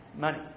Money